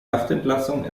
haftentlassung